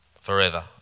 forever